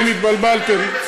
חברים, התבלבלתם.